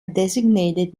designated